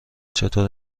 چطور